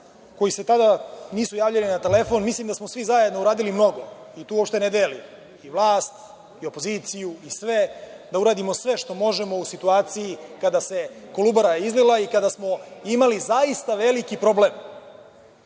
koji se tada nisu javljali na telefon. Mislim da smo svi zajedno uradili mnogo, i tu uopšte ne delim ni vlast, ni opoziciju, i sve, da uradimo sve što možemo u situaciji kada se Kolubara izlila i kada smo imali zaista veliki problem.